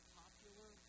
popular